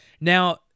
now